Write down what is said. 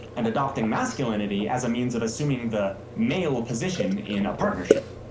and adopting masculinity as a means of assuming the male ah position in a partnership.